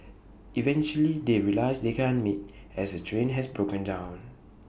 eventually they realise they can't meet as her train has broken down